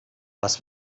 was